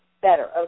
Better